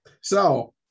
So-